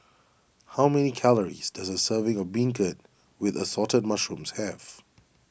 how many calories does a serving of Beancurd with Assorted Mushrooms have